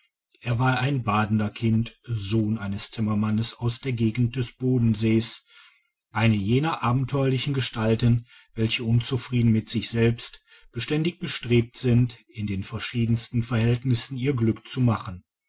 er war ein badener kind sohn eines zimmermanns aus der gegend des bodensees eine jener abenteuerlichen gestalten welche unzufrieden mit sich selbst beständig bestrebt sind in den verschiedensten verhältnissen ihr glück zu machen